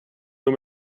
nur